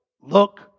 look